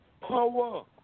power